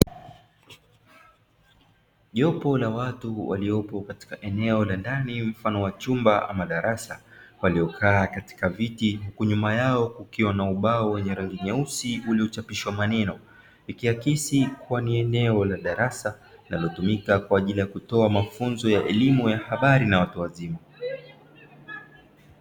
Jopo la watu waliopo katika eneo la ndani mfano wa chumba ama darasa waliokaa katika viti huku nyuma yao kukiwa na ubao wenye rangi nyeusi uliochapishwa maneno ikiakisi kuwa ni eneo la darasa linalotumika kwa ajili ya kutoa mafunzo ya elimu ya habari na watu wazima.